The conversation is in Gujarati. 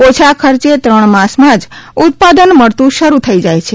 ઓછા ખર્ચે ત્રણ માસમાં જ ઉત્પાદન મળતું શરૂ થઇ જાય છે